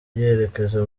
yerekeza